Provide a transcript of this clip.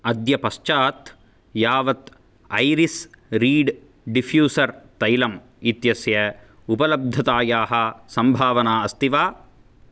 अद्य पश्चात् यावत् ऐरिस् रीड् डिफ़्यूसर् तैलम् इत्यस्य उपलब्धतायाः सम्भावना अस्ति वा